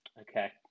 Okay